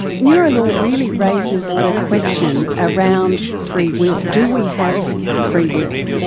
neurolaw really raises the question around free will do we have free will,